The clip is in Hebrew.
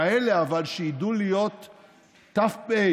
כאלה שידעו להיות ת"פ,